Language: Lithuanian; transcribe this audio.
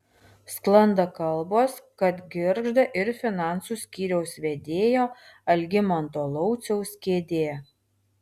sklando kalbos kad girgžda ir finansų skyriaus vedėjo algimanto lauciaus kėdė